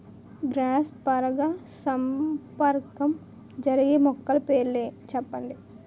Cross పరాగసంపర్కం జరిగే మొక్కల పేర్లు చెప్పండి?